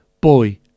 Boy